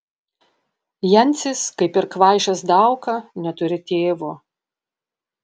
jancis kaip ir kvaišas dauka neturi tėvo